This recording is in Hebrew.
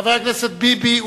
חבר הכנסת ביבי,